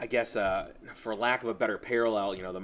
i guess for lack of a better parallel you know the